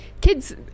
kids